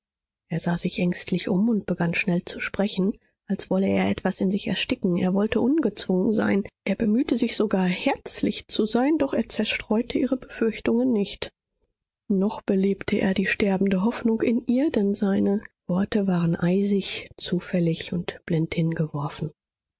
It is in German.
er sah sich ängstlich um und begann schnell zu sprechen als wolle er etwas in sich ersticken er wollte ungezwungen sein er bemühte sich sogar herzlich zu sein doch er zerstreute ihre befürchtungen nicht noch belebte er die sterbende hoffnung in ihr denn seine worte waren eisig zufällig und blind hingeworfen